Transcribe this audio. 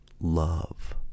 love